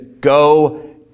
go